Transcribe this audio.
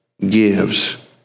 gives